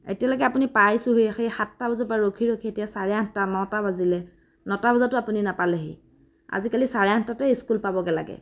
এতিয়ালৈকে আপুনি পাইছোহি সেই সাতটা বজাৰ পৰা ৰখি ৰখি এতিয়া চাৰে আঠটা নটা বাজিলে নটা বজাতো আপুনি নাপালেহি আজিকালি চাৰে আঠটাতে স্কুল পাবগৈ লাগে